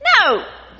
No